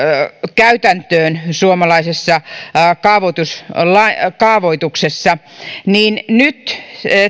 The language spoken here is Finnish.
käytäntöön suomalaisessa kaavoituksessa nyt